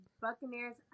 Buccaneers